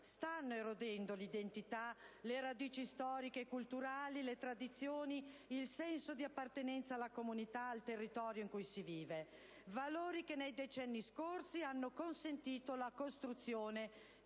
sta erodendo l'identità, le radici storiche e culturali, le tradizioni, il senso di appartenenza alla comunità, al territorio in cui si vive: valori che nei decenni scorsi hanno consentito la costruzione di un Paese